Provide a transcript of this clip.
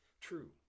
true